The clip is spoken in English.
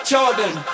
Jordan